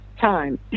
time